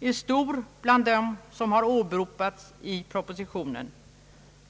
är stor bland dem som åberopats i propositionen.